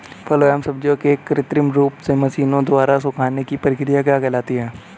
फलों एवं सब्जियों के कृत्रिम रूप से मशीनों द्वारा सुखाने की क्रिया क्या कहलाती है?